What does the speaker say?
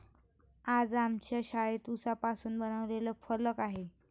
आज आमच्या शाळेत उसापासून बनवलेला फलक आहे